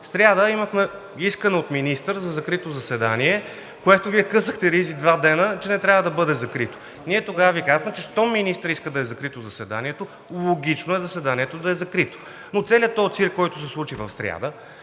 сряда имахме искане от министър за закрито заседание, за което Вие късахте ризи два дни, че не трябва да бъде закрито. Ние тогава Ви казахме, че щом министър иска да е закрито заседанието, логично е то да е закрито. Но целият този цирк, който се случи в сряда…